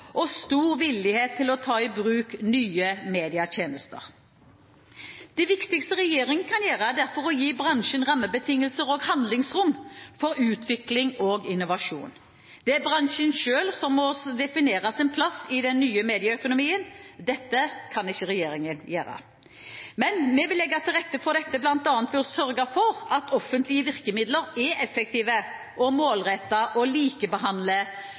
og stor villighet til å ta i bruk nye medietjenester. Det viktigste regjeringen kan gjøre, er derfor å gi bransjen rammebetingelser og handlingsrom for utvikling og innovasjon. Det er bransjen selv som må definere sin plass i den nye medieøkonomien, dette kan ikke regjeringen gjøre. Men vi vil legge til rette for dette bl.a. ved å sørge for at offentlige virkemidler er effektive og målrettede og